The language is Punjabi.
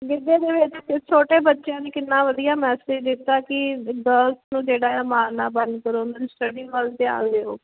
ਗਿੱਧੇ ਦੇ ਵਿੱਚ ਛੋਟੇ ਬੱਚਿਆਂ ਦੀ ਕਿੰਨਾ ਵਧੀਆ ਮੈਸੇਜ ਦਿੱਤਾ ਕਿ ਗਰਲਸ ਨੂੰ ਜਿਹੜਾ ਮਾਰਨਾ ਬੰਦ ਕਰੋ ਉਹਨਾਂ ਨੂੰ ਸਟੱਡੀ ਵੱਲ ਧਿਆਨ ਦਿਓ